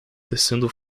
tecendo